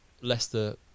Leicester